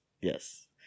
Yes